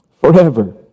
forever